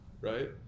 right